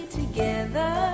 together